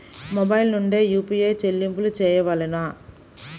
Mobile నుండే UPI చెల్లింపులు చేయవలెనా?